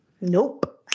Nope